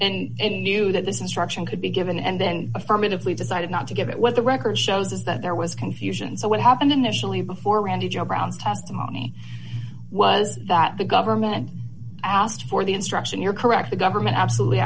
considered and knew that this instruction could be given and then affirmatively decided not to give it what the record shows is that there was confusion so what happened initially before randy joe brown's testimony was that the government asked for the instruction you're correct the government absolutely